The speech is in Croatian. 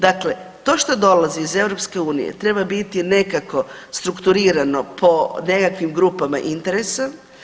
Dakle, to što dolazi iz EU treba biti nekako strukturirano po nekakvim grupama interesa.